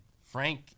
Frank